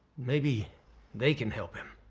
maybe they can help him.